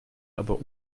aber